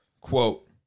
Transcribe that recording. Quote